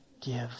give